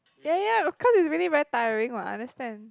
ya ya cause it's really very tiring what I understand